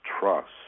trust